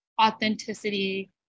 authenticity